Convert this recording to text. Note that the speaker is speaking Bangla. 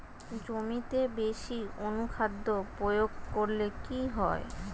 জমিতে বেশি অনুখাদ্য প্রয়োগ করলে কি হয়?